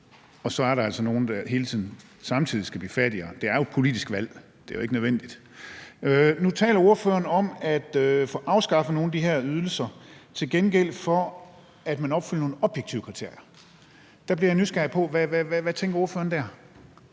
og at der altså hele tiden er nogen, der samtidig skal blive fattigere. Det er jo et politisk valg. Det er jo ikke nødvendigt. Nu taler ordføreren om at få afskaffet nogle af de her ydelser, til gengæld for at man opfylder nogle objektive kriterier. Der bliver jeg nysgerrig: Hvad tænker ordføreren der?